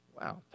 Wow